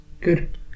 Good